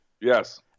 Yes